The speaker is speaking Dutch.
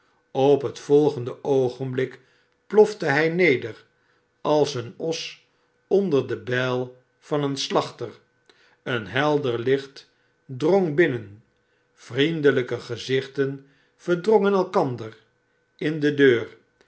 op het volgende oogenblik plofte hij neder als een os onder de bijl van den slachter een helder licht drong binnen vriendelijke gezichten verdrongen elkander in de deur